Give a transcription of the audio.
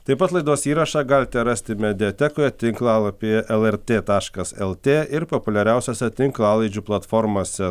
taip pat laidos įrašą galite rasti mediatekoje tinklalapyje lrt taškas lt ir populiariausiose tinklalaidžių platformose